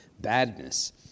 badness